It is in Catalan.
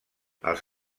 els